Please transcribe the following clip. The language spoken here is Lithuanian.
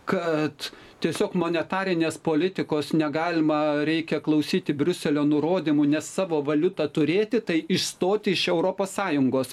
kad tiesiog monetarinės politikos negalima reikia klausyti briuselio nurodymų nes savo valiutą turėti tai išstoti iš europos sąjungos